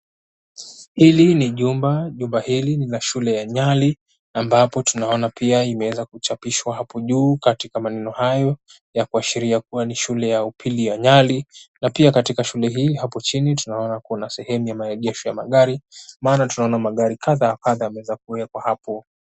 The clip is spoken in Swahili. Hili ni jumba. Jumba hili ni la shule ya Nyali ambapo tunaona pia imeweza kuchapishwa hapo juu katika maneno hayo ya kuashiria kuwa ni shule ya upili ya Nyali. Na pia katika shule hii hapo chini tunaona kuna sehemu ya maegesho ya magari, maana tunaona magari kadha wa kadha yameweza kuwekwa hapo.